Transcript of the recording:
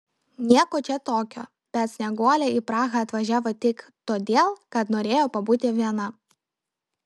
nieko čia tokio bet snieguolė į prahą atvažiavo tik todėl kad norėjo pabūti viena